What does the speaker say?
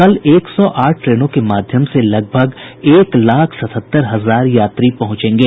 कल एक सौ आठ ट्रेनों के माध्यम से लगभग एक लाख सतहत्तर हजार यात्री पहुंचेंगे